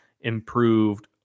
improved